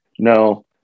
No